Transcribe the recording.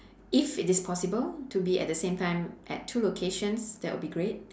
if it is possible to be at the same time at two locations that would be great